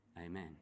amen